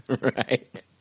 Right